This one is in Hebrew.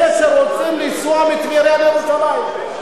אלה שרוצים לנסוע מטבריה לירושלים.